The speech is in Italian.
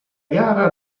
gara